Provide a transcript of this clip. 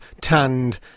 tanned